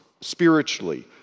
Spiritually